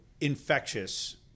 infectious